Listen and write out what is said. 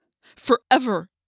Forever